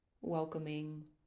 welcoming